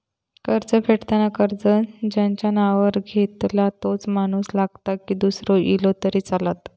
कर्ज फेडताना कर्ज ज्याच्या नावावर घेतला तोच माणूस लागता की दूसरो इलो तरी चलात?